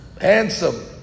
Handsome